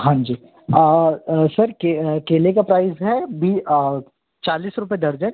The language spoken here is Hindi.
हाँ जी सर केले का प्राइज़ है भी चालीस रुपये दर्जन